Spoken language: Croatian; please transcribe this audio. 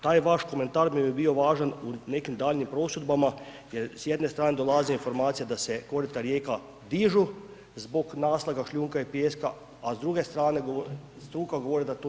Taj vaš komentar bi mi bio važan u nekim daljnjim prosudbama jer s jedne strane dolaze informacije da se korita rijeka dižu zbog naslaga šljunka i pijeska, a s druge strane struka govori da to nije točno.